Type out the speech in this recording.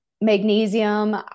Magnesium